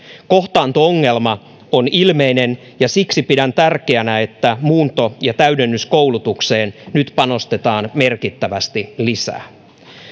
kohtaanto ongelma on ilmeinen ja siksi pidän tärkeänä että muunto ja täydennyskoulutukseen nyt panostetaan merkittävästi lisää